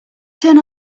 turn